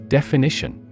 Definition